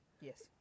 yes